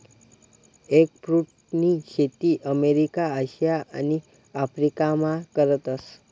एगफ्रुटनी शेती अमेरिका, आशिया आणि आफरीकामा करतस